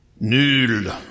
Nul